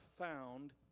found